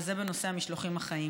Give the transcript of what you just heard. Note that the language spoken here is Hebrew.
נושא המשלוחים החיים,